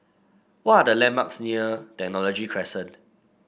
what are the landmarks near Technology Crescent